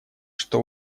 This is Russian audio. что